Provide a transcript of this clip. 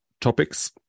topics